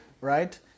right